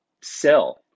sell